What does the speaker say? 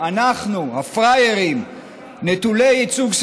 אנחנו עוברים להצעת החוק הבאה,